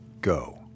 go